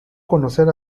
conocer